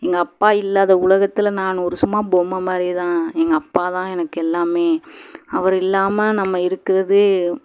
எங்கள் அப்பா இல்லாத உலகத்தில் நான் ஒரு சும்மா பொம்மை மாதிரி தான் எங்கள் அப்பா தான் எனக்கு எல்லாமே அவர் இல்லாமல் நம்ம இருக்கிறதே